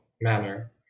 manner